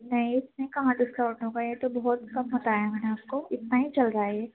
نہیں اِس میں کہاں ڈسکاؤنٹ ہوگا یہ تو بہت کم بتایا ہے میں نے اُس کو اتنا ہی چل رہا ہے یہ